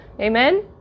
Amen